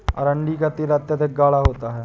अरंडी का तेल अत्यधिक गाढ़ा होता है